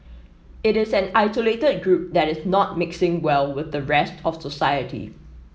it is an isolated group that is not mixing well with the rest of society